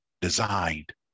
designed